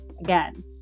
again